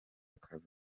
akaza